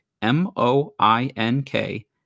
m-o-i-n-k